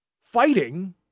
fighting